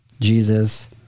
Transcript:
Jesus